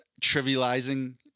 trivializing